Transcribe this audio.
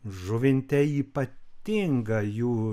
žuvinte ypatinga jų